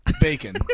Bacon